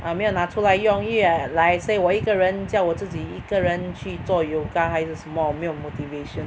err 没有拿出来用因为 like I say 我一个人叫我自己一个人去做 yoga 还是什么我没有 motivation